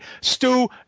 Stu